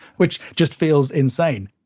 which just feels insane